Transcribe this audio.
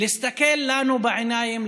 להסתכל לנו בעיניים,